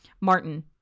Martin